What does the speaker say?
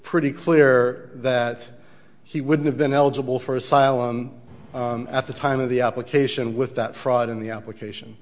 pretty clear that he would have been eligible for asylum at the time of the application with that fraud in the application